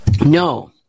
No